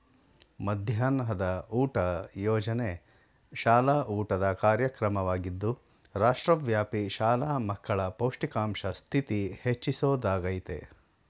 ಮಧ್ಯಾಹ್ನದ ಊಟ ಯೋಜನೆ ಶಾಲಾ ಊಟದ ಕಾರ್ಯಕ್ರಮವಾಗಿದ್ದು ರಾಷ್ಟ್ರವ್ಯಾಪಿ ಶಾಲಾ ಮಕ್ಕಳ ಪೌಷ್ಟಿಕಾಂಶ ಸ್ಥಿತಿ ಹೆಚ್ಚಿಸೊದಾಗಯ್ತೆ